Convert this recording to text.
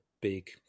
big